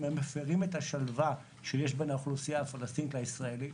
הם מפירים את השלווה שיש בין האוכלוסייה הפלסטינית לישראלית.